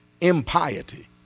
Impiety